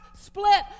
split